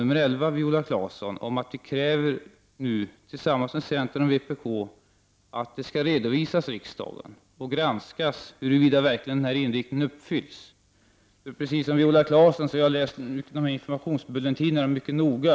Miljöpartiet har tillsammans med centern och vänsterpartiet fogat reservation 11 till betänkandet. I denna reservation krävs att det skall ske en redovisning till riksdagen och att en granskning skall ske huruvida denna inriktning verkligen sker. Precis som Viola Claesson har jag läst informationsbulletinerna mycket noga.